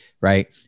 Right